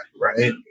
right